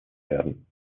werden